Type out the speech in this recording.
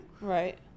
Right